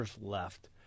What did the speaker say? left